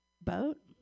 Boat